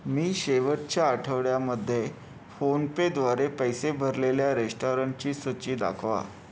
मी शेवटच्या आठवड्यामध्ये फोनपेद्वारे पैसे भरलेल्या रेस्टॉरंटची सूची दाखवा